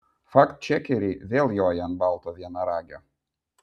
faktčekeriai vėl joja ant balto vienaragio